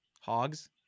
Hogs